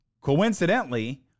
coincidentally